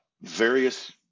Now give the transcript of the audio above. various